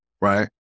right